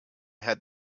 had